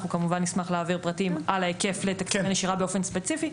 אנחנו כמובן נשמח להעביר פרטים על ההיקף לתקציב הנשירה באופן ספציפי,